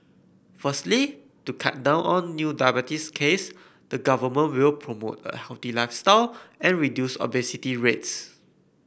firstly to cut down on new diabetes case the government will promote a healthy lifestyle and reduce obesity rates